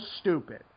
stupid